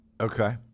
Okay